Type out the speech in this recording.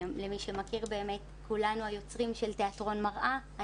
למי שמכיר באמת, כולנו היוצרים של תיאטרון מראה.